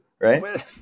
right